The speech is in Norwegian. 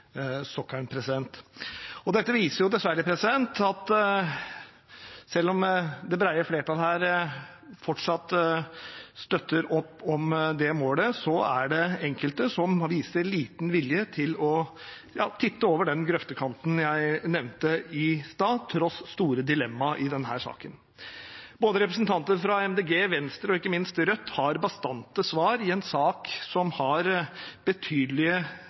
sokkelen. Dette viser dessverre at selv om det brede flertallet her fortsatt støtter opp om det målet, er det enkelte som viser liten vilje til å titte over den grøftekanten jeg nevnte i stad, tross store dilemmaer i denne saken. Representantene fra både Miljøpartiet De Grønne, Venstre og ikke minst Rødt har bastante svar i en sak som har betydelige